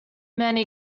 many